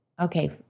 Okay